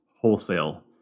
wholesale